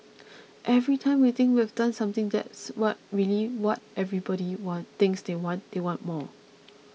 every time we think we've done something that's what really what everybody want thinks they want they want more